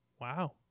Wow